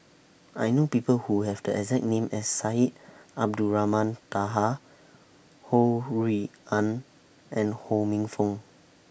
I know People Who Have The exact name as Syed Abdulrahman Taha Ho Rui An and Ho Minfong